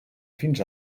fins